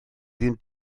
ddim